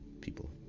people